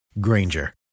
Granger